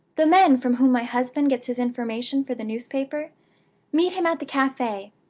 the men from whom my husband gets his information for the newspaper meet him at the cafe,